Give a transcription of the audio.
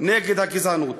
נגד הגזענות.